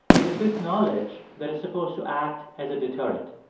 it is this knowledge that is supposed to act as a deterrent.